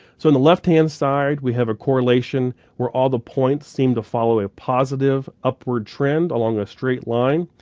so in the left hand side we have a correlation where all the points seem to follow a a positive upward trend along a straight line.